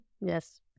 Yes